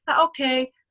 Okay